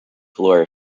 floor